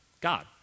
God